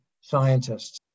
scientists